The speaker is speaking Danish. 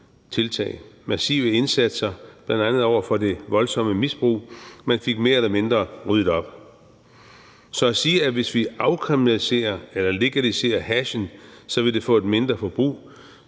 tiltag, massive indsatser, bl.a. over for det voldsomme misbrug; man fik mere eller mindre ryddet op. Så at sige, at hvis vi afkriminaliserer eller legaliserer hashen, vil det betyde et mindre forbrug